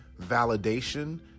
validation